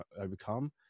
overcome